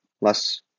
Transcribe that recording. less